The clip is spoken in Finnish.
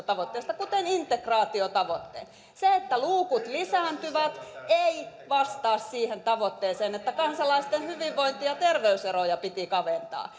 tavoitteista kuten integraatiotavoitteet se että luukut lisääntyvät ei vastaa siihen tavoitteeseen että kansalaisten hyvinvointi ja terveyseroja piti kaventaa